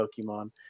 Pokemon